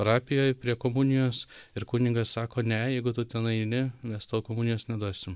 parapijoj prie komunijos ir kunigas sako ne jeigu tu ten eini mes tau komunijos neduosim